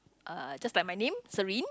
uh just like my name Serene